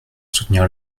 soutenir